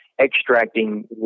extracting